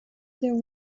there